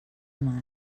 mar